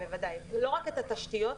לא רק את התשתיות,